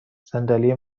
صندلی